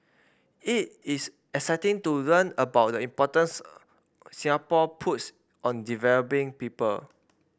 it is exciting to learn about the importance Singapore puts on developing people